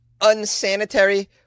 unsanitary